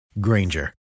Granger